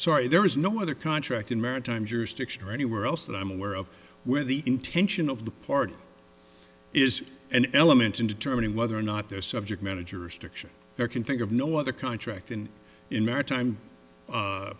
sorry there is no other contract in maritime jurisdiction or anywhere else that i'm aware of where the intention of the party it is an element in determining whether or not their subject managers diction there can think of no other contract and in maritime